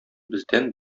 бездән